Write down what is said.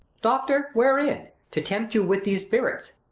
doctor, wherein? to tempt you with these spirits?